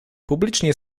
publicznie